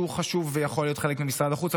שהוא חשוב ויכול להיות חלק ממשרד החוץ,